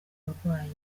burwayi